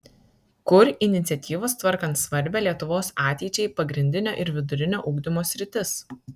kur iniciatyvos tvarkant svarbią lietuvos ateičiai pagrindinio ir vidurinio ugdymo sritis